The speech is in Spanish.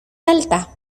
alta